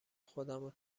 خودمو